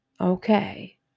okay